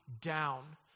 down